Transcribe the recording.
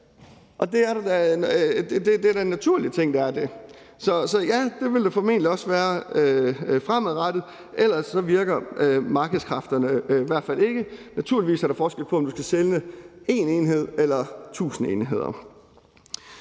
Det er da en naturlig ting, at der er det. Så ja, det vil der formentlig også være fremadrettet, for ellers virker markedskræfterne i hvert fald ikke. Naturligvis er der forskel på, om du skal sende 1 enhed eller 1.000 enheder.